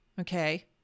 okay